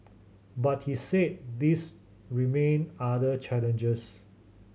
but he said these remain other challenges